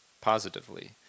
positively